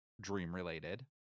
dream-related